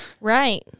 Right